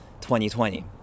2020